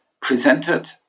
presented